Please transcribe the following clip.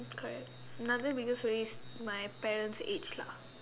correct another biggest worry is my parents' age lah